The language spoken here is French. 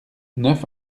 neuf